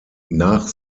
nach